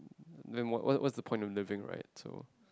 then what what's the point of living right so